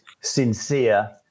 sincere